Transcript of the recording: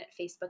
Facebook